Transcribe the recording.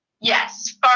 Yes